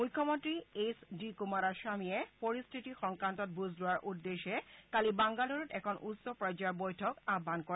মুখ্যমন্ত্ৰী H D কুমাৰাস্বামীয়ে পৰিস্থিতি সংক্ৰান্তত বুজ লোৱাৰ উদ্দেশ্যে কালি বাংগালুৰুত এখন উচ্চ পৰ্যায়ৰ বৈঠক আহান কৰে